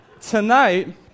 Tonight